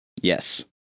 yes